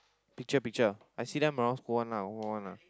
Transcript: picture picture I see them around school one lah one ah